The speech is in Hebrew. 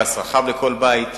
פס רחב לכל בית,